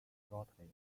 shortly